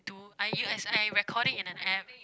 do I you as I record it in an app